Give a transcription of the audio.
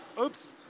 Oops